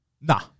Nah